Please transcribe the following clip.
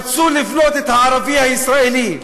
רצו להפלות את הערבי הישראלי.